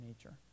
nature